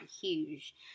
huge